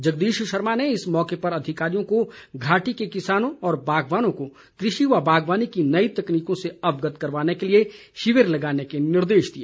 जगदीश शर्मा ने इस मौके पर अधिकारियों को घाटी के किसानों और बागवानों को कृषि व बागवानी की नई तकनीकों से अवगत करवाने के लिए शिविर लगाने के निर्देश दिए